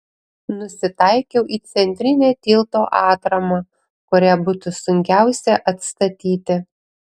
nusitaikiau į centrinę tilto atramą kurią būtų sunkiausia atstatyti